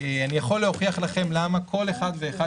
אני יכול להוכיח לכם למה כל אחד ואחד